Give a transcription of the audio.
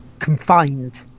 Confined